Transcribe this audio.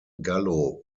gallo